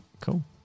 Cool